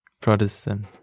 Protestant